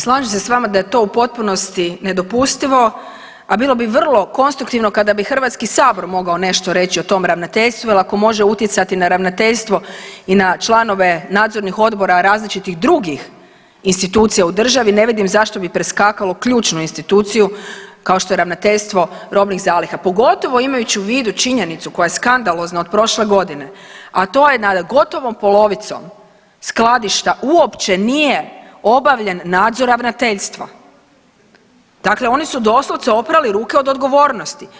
Slažem se s vama da je to u potpunosti nedopustivo, a bilo bi vrlo konstruktivno kada bi Hrvatski sabor mogao nešto reći o tom ravnateljstvu jer ako može utjecati na ravnateljstvo i na članove nadzornih odbora različitih drugih institucija u državi ne vidim zašto bi preskakalo ključnu instituciju kao što je Ravnateljstvo robnih zaliha, pogotovo imajući u vidu činjenicu koja je skandalozno od prošle godine, a to je nad gotovo polovicom skladišta uopće nije obavljane nadzor ravnateljstva, dakle oni su doslovce oprali ruke od odgovornosti.